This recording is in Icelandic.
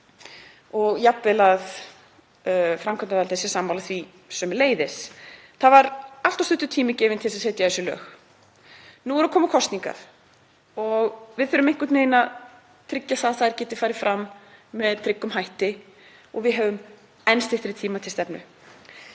jafnvel að framkvæmdarvaldið sé sammála því sömuleiðis. Það var allt of stuttur tími gefinn til að setja þessi lög. Nú eru að koma kosningar og við þurfum einhvern veginn að tryggja að þær geti farið fram með tryggum hætti og við höfum enn styttri tíma til stefnu.